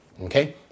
Okay